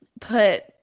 put